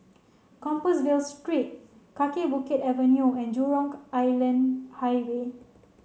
Compassvale Street Kaki Bukit Avenue and Jurong Island Highway